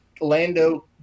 Lando